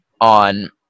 on